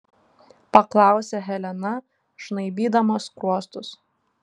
paklausė helena žnaibydama skruostus